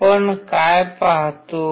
आपण काय पाहतो